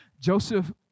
Joseph